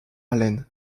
haleine